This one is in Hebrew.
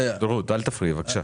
רות, אל תפריעי בבקשה.